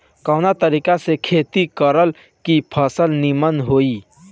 कवना तरीका से खेती करल की फसल नीमन होई?